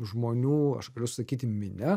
žmonių aš galiu sakyti minia